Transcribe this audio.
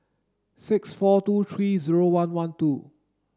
six four two three zero one one two